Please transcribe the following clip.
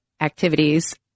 activities